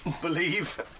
Believe